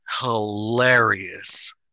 hilarious